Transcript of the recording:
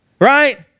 right